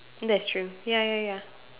that's true ya ya ya